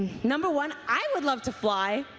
number one, i would love to fly.